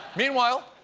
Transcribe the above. meanwhile,